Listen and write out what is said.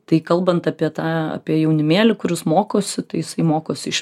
tai kalbant apie tą apie jaunimėlį kuris mokosi tai jisai mokosi iš